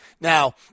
now